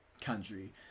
country